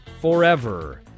forever